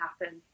happen